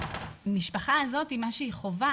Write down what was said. את מה שחווה